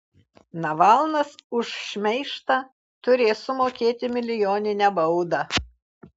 navalnas už šmeižtą turės sumokėti milijoninę baudą